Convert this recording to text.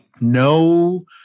No